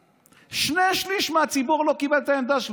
שני שלישים מהציבור לא קיבל את העמדה שלכם,